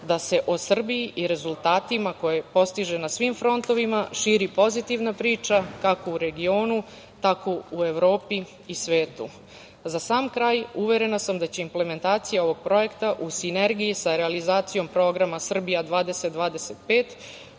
da se o Srbiji i rezultatima koje postiže na svim frontovima širi pozitivna priča kako u regionu, tako u Evropi i svetu.Za sam kraj, uverena sam da će implementacija ovog projekta, u sinergiji sa realizacijom programa „Srbija 2025“,